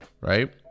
right